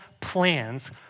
plans